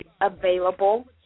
available